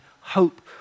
hope